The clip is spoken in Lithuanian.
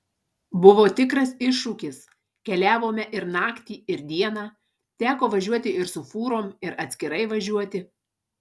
buvo tikras iššūkis keliavome ir naktį ir dieną teko važiuoti ir su fūrom ir atskirai važiuoti